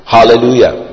Hallelujah